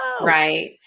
Right